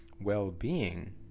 well-being